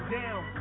down